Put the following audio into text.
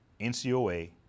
NCOA